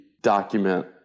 document